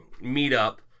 meet-up